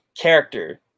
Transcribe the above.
character